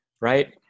right